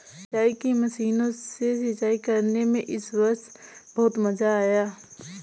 सिंचाई की मशीनों से सिंचाई करने में इस वर्ष बहुत मजा आया